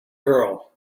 girl